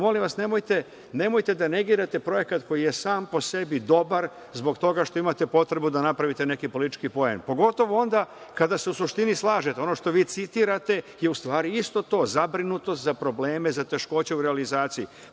molim vas nemojte da negirate projekat koji je sam po sebi dobar, zbog toga što imate potrebu da napravite neki politički poen, pogotovo onda kada se u suštini slažete. Ono što vi citirate je u stvari isto to, zabrinutost za probleme, za teškoću u realizaciji.